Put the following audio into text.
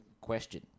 question